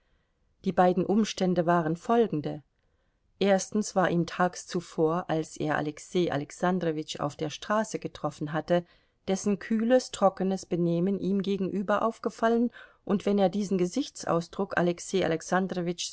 die beiden umstände waren folgende erstens war ihm tags zuvor als er alexei alexandrowitsch auf der straße getroffen hatte dessen kühles trockenes benehmen ihm gegenüber aufgefallen und wenn er diesen gesichtsausdruck alexei